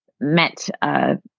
met